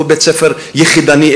הוא בית-ספר יחידני,